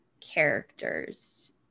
characters